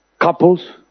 Couples